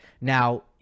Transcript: Now